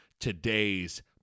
today's